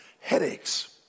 headaches